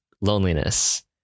loneliness